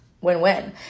Win-win